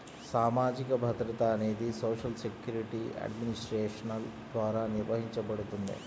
సామాజిక భద్రత అనేది సోషల్ సెక్యూరిటీ అడ్మినిస్ట్రేషన్ ద్వారా నిర్వహించబడుతుంది